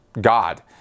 God